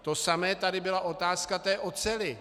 To samé, tady byla otázka té oceli.